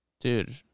Dude